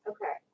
Okay